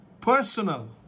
Personal